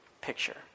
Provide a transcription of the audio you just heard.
picture